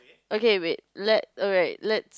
okay wait let alright let